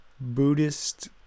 Buddhist